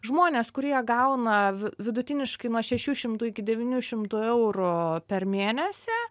žmonės kurie gauna vidutiniškai nuo šešių šimtų iki devynių šimtų eurų per mėnesį